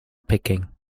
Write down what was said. picking